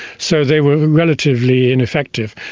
so they were relatively ineffective.